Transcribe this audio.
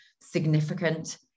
significant